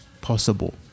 possible